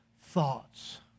thoughts